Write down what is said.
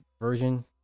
version